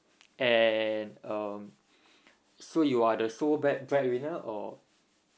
and um so you are the sole bread breadwinner or